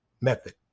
method